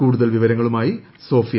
കൂടുതൽ വിവരങ്ങളുമായി സോഫിയ